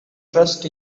trust